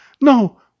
No